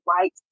right